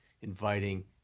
inviting